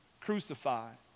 crucified